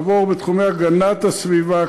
עבור בתחומי הגנת הסביבה,